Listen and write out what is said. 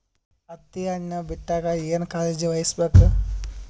ಹತ್ತಿ ಹಣ್ಣು ಬಿಟ್ಟಾಗ ಏನ ಕಾಳಜಿ ವಹಿಸ ಬೇಕು?